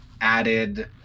added